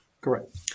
correct